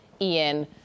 Ian